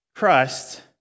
Christ